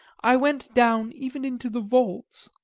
i went down even into the vaults,